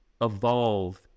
evolve